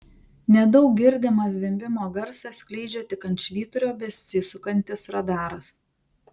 nedaug girdimą zvimbimo garsą skleidžia tik ant švyturio besisukantis radaras